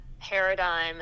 paradigm